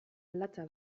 latza